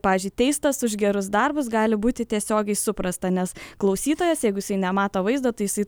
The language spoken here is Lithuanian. pavyzdžiui teistas už gerus darbus gali būti tiesiogiai suprasta nes klausytojas jeigu jisai nemato vaizdo tai jisai